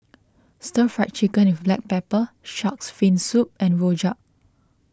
Stir Fry Chicken with Black Pepper Shark's Fin Soup and Rojak